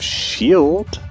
shield